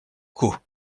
quo